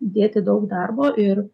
įdėti daug darbo ir